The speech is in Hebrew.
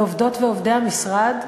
לעובדות ועובדי המשרד,